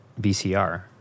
VCR